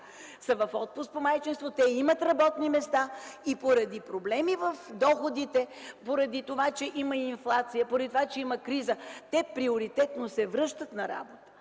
са в отпуск по майчинство, те имат работни места и поради проблеми в доходите, поради това че има инфлация, поради това че има криза, те приоритетно се връщат на работа.